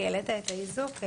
כי העלית את האיזוק,